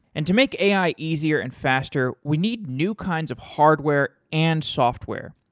and to make ai easier and faster, we need new kinds of hardware and software,